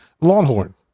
longhorn